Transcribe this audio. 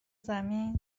زمین